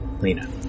Lena